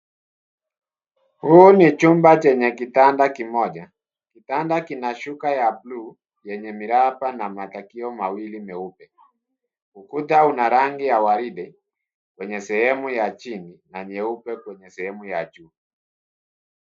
Huu ni chumba chenye kitanda kimoja, kitanda kina shuka ya blue , yenye miraba na matakio mawili meupe, ukuta una rangi ya waridi, kwenye sehemu ya chini, na nyeupe kwenye sehemu ya juu.